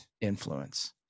influence